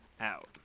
out